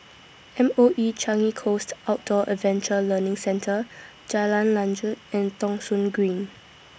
M O E Changi Coast Outdoor Adventure Learning Centre Jalan Lanjut and Thong Soon Green